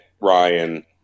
Ryan